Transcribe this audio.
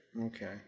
Okay